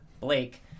Blake